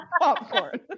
popcorn